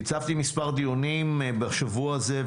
הצבתי מספר דיונים בשבוע זה,